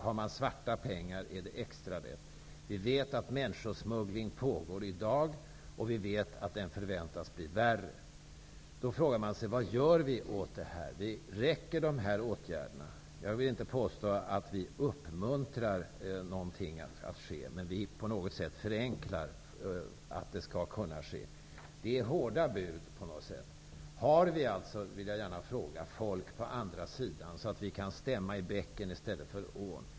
Har man svarta pengar är det extra lätt. Vi vet att människosmuggling pågår i dag. Vi vet att den förväntas bli värre. Vad gör vi åt detta? Räcker de vidtagna åtgärderna? Jag vill inte påstå att vi uppmuntrar någonting att ske, men på något sätt förenklar vi så att det skall kunna ske. Det är hårda bud. Har vi, vill jag gärna fråga, folk på andra sidan vattnet, så att vi kan stämma i bäcken i stället för i ån?